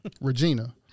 Regina